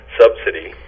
subsidy